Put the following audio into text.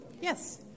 Yes